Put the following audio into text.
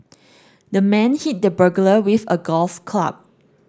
the man hit the burglar with a golf club